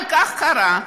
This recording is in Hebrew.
אבל כך קרה,